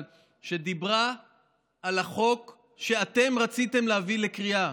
שדיברה על החוק שאתם רציתם להביא לקריאה.